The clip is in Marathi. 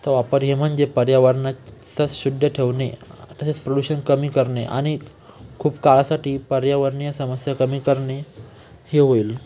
वापरणे म्हनजे पर्यावरणाचं शुद्ध ठेवणे तसेच प्रोल्यूषन कमी करणे आणि खूप काळासाठी पर्यावरणीय समस्या कमी करणे हे होईल